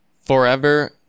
forever